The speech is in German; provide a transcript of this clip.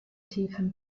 tiefen